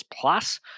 plus